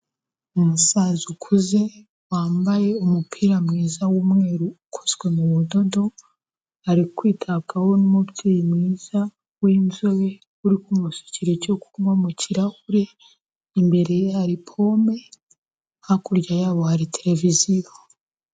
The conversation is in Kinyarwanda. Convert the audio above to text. Umusaza ukuze, wambaye umupira mwiza w'umweru ukozwe mu budodo, ari kwitabwaho n'umubyeyi mwiza w'inzobe uri kumusukira icyo kunywa mu kirahure, imbere ye hari pome, hakurya yabo hari televiziyo.